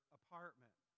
apartment